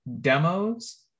demos